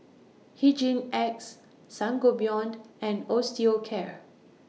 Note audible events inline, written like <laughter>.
Hygin X Sangobion <noise> and Osteocare